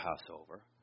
Passover